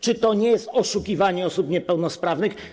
Czy to nie jest oszukiwanie osób niepełnosprawnych?